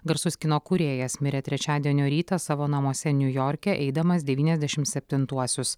garsus kino kūrėjas mirė trečiadienio rytą savo namuose niujorke eidamas devyniasdešim septintuosius